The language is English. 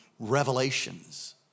Revelations